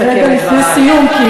אני רגע לפני סיום כי,